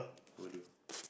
never do